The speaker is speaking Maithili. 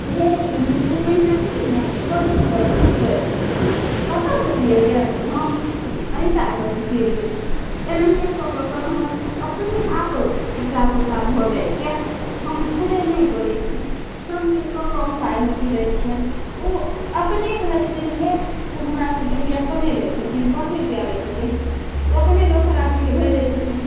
तऽ हे ओ पेन्हने छथिन ने से बड़ सुन्दर छै कतऽसे सिएलिए तऽ हम अनिता ओतऽसे सिएलिए एनाहिए कऽ कऽ के हमर अपनेआप प्रचार प्रसार भऽ जाइत ये किएक हम खुदे नहि करै छी हम किनको कम पाइमे सी दै छिअनि ओ अपने कहै छथिन हे ओ हमरासे दुइ रुपैआ कम लै छथिन पाँचे रुपैआ लै छथिन तऽ ओ अपने दोसर आदमीके भेजै छथिन